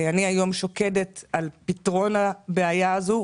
אני היום שוקדת על פתרון הבעיה הזאת.